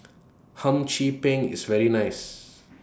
Hum Chim Peng IS very nice